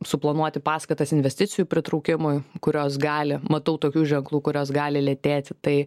suplanuoti paskatas investicijų pritraukimui kurios gali matau tokių ženklų kurios gali lėtėti tai